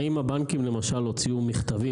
האם הבנקים למשל הוציאו מכתבים,